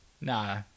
Nah